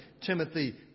Timothy